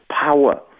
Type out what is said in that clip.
power